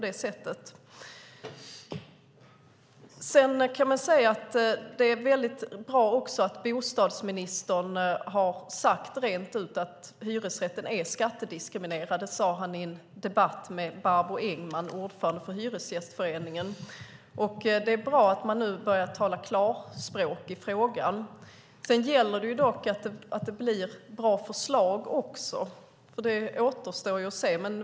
Det är också bra att bostadsministern rent ut har sagt att hyresrätten är skattediskriminerad. Det sade han i en debatt med Barbro Engman, ordförande för Hyresgästföreningen. Det är bra att man nu börjar tala klarspråk i frågan. Det gäller dock att det blir bra förslag. Det återstår att se.